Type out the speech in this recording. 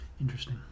Interesting